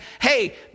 hey